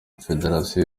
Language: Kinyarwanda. federasiyo